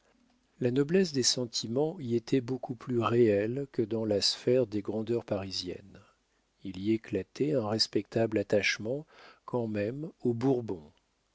la noblesse des sentiments y était beaucoup plus réelle que dans la sphère des grandeurs parisiennes il y éclatait un respectable attachement quand même aux bourbons